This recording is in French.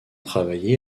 travaillé